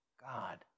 God